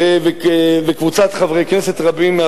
וקבוצת חברי כנסת רבים.